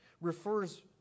refers